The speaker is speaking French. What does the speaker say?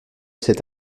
cet